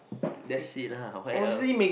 that's it lah what else